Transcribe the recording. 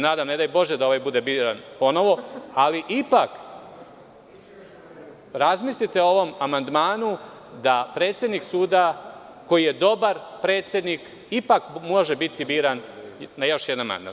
Nadam se, ne daj bože da ovaj bude biran ponovo, ali ipak razmislite o ovom amandmanu da predsednik suda, koji je dobar predsednik, ipak može biti biran na još jedan mandat.